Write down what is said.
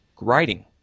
writing